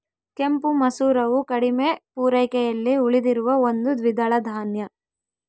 ಕೆಂಪು ಮಸೂರವು ಕಡಿಮೆ ಪೂರೈಕೆಯಲ್ಲಿ ಉಳಿದಿರುವ ಒಂದು ದ್ವಿದಳ ಧಾನ್ಯ